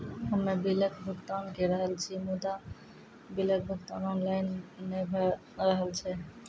हम्मे बिलक भुगतान के रहल छी मुदा, बिलक भुगतान ऑनलाइन नै भऽ रहल छै?